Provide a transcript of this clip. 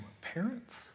parents